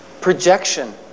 projection